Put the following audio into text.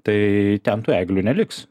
tai ten tų eglių neliks